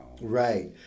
right